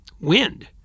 wind